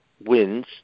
wins